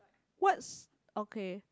what's okay